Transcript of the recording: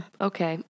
Okay